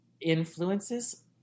influences